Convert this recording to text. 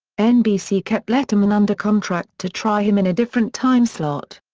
nbc kept letterman under contract to try him in a different time slot.